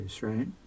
right